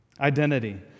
Identity